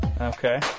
Okay